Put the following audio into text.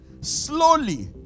slowly